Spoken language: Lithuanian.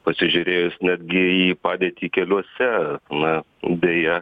pasižiūrėjus netgi į padėtį keliuose na beje